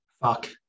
Fuck